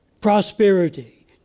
prosperity